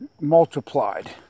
multiplied